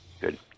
Good